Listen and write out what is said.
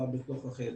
אסביר.